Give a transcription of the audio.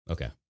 Okay